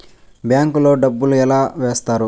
bank లో డబ్బులు ఎలా వేస్తారు